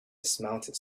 dismounted